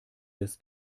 des